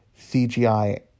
CGI